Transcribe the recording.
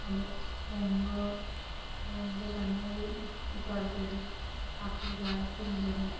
उनें मोंग उंदे कन्नै बी ओह् करदे हे हत्थ बगैरा धोंदे हे